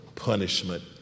Punishment